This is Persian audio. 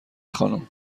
خانم